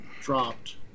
dropped